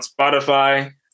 Spotify